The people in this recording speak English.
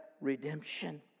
redemption